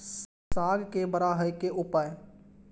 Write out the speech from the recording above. साग के बड़ा है के उपाय?